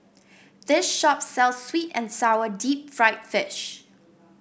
this shop sells sweet and sour Deep Fried Fish